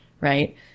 right